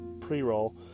pre-roll